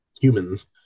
humans